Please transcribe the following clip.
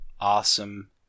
awesome